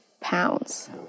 pounds